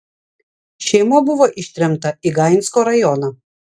šeima buvo ištremta į gainsko rajoną